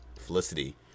Felicity